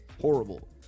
horrible